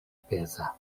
peza